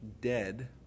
dead